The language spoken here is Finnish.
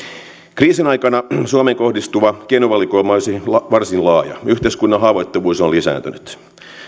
kriisin aikana suomeen kohdistuva keinovalikoima olisi varsin laaja yhteiskunnan haavoittuvuus on lisääntynyt